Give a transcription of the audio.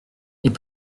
est